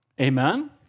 Amen